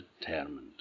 determined